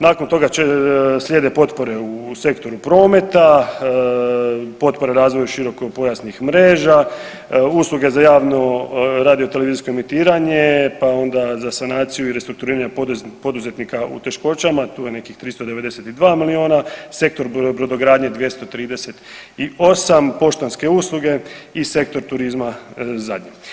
Nakon toga slijede potpore u sektoru prometa, potpore razvoju široko pojasnih mreža, usluge za javno radiotelevizijsko emitiranje, pa onda za sanaciju i restrukturiranje poduzetnika u teškoća, tu je nekih 392 miliona, sektor brodogradnje 238, poštanske usluge i sektor turizma zadnji.